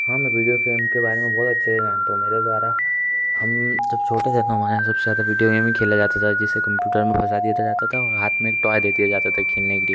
हाँ मैं video game के बारे में बहुत अच्छे से जानता हूँ मेरे द्वारा हम जब छोटे थे तो हमारे यहाँ सब से ज़्यादा विडियो गेम ही खेला जाता था जिसे कम्प्यूटर में फंसा दिया जाता था और हाथ में एक टॉय दे दिया जाता था खेलने के लिए